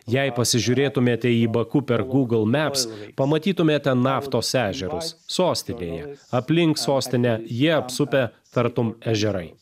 jei pasižiūrėtumėte į baku per google maps pamatytumėte naftos ežerus sostinėje aplink sostinę jie apsupę tartum ežerai